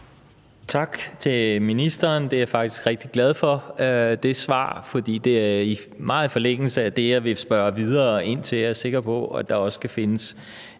Tak til ministeren. Det svar er jeg faktisk rigtig glad for, for det ligger meget i forlængelse af det, jeg vil spørge videre ind til. Jeg er sikker på, at der også kan findes